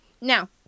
Now